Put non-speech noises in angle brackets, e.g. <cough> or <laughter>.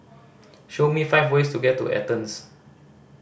<noise> show me five ways to get to Athens